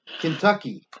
Kentucky